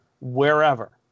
wherever